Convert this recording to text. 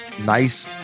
nice